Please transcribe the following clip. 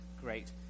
great